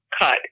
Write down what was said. cut